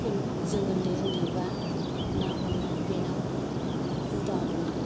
जों उन्दै उन्दै बा ना हमनाय बेनाव हुदा दंमोन